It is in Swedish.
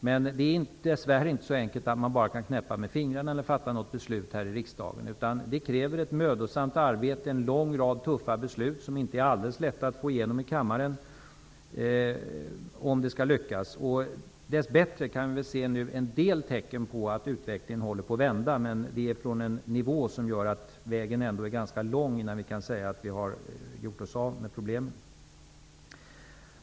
Dess värre är det inte så enkelt att det bara är att knäppa med fingrarna eller att fatta beslut här i riksdagen, utan det krävs ett mödosamt arbete och en lång rad tuffa beslut, som det inte är så lätt att få igenom i kammaren, för att detta skall lyckas. Dess bättre kan vi väl nu se en del tecken på att utvecklingen håller på att vända. Men det sker då från en sådan nivå att vägen ändå är ganska lång innan vi har gjort oss av med problemen.